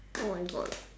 oh my god